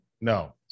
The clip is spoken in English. no